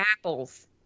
apples